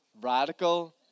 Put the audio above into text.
radical